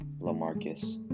LaMarcus